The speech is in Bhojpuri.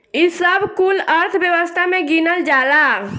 ई सब कुल अर्थव्यवस्था मे गिनल जाला